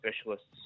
specialists